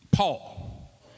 Paul